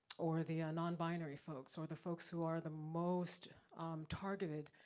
or the ah non-binary folks or the folks who are the most targeted,